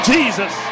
Jesus